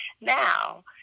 Now